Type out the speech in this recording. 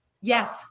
Yes